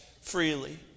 freely